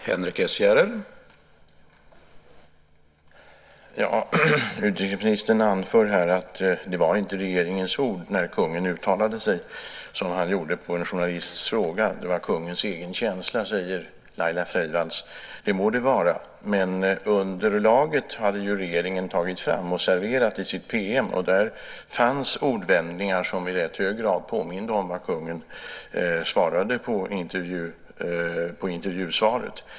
Herr talman! Utrikesministern anför här att det inte var regeringens ord när kungen uttalade sig som han gjorde på en journalists fråga. Det var kungens egen känsla, säger Laila Freivalds. Det må det vara, men underlaget hade ju regeringen tagit fram och serverat i sin PM. Där fanns ordvändningar som i rätt hög grad påminde om vad kungen svarade på intervjufrågan.